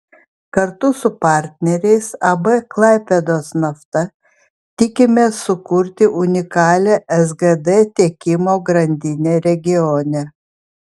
kartu su partneriais ab klaipėdos nafta tikimės sukurti unikalią sgd tiekimo grandinę regione